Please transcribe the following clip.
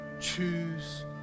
choose